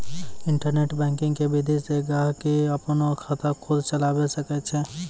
internet banking के विधि से गहकि अपनो खाता खुद चलावै सकै छै